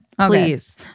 Please